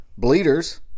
Bleeders